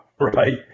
right